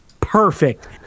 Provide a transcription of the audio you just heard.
perfect